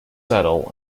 settle